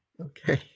Okay